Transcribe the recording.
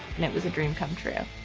and it was a dream come true.